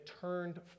turned